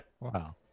wow